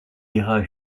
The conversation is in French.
ira